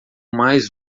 mais